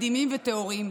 מדהימים וטהורים,